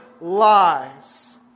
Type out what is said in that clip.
lies